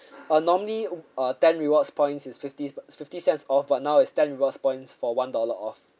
uh normally uh ten rewards points is fifty but is fifty cents off but now it's ten rewards points for one dollar off